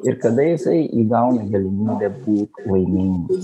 ir kada jisai įgauna galimybę būt laimingais